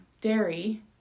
dairy